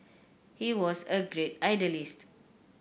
he was a great idealist